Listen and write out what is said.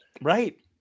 Right